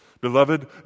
Beloved